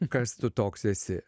kas tu toks esi